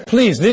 Please